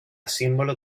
símbolo